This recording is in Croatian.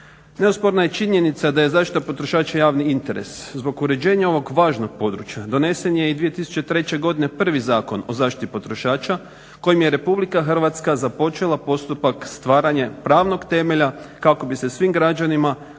Neosporna je činjenica da je zaštita potrošača javni interes. Zbog uređenja ovog važnog područja donesen je i 2003. godine prvi Zakon o zaštiti potrošača kojim je RH započela postupak stvaranja pravnog temelja kako bi se svim građanima kao i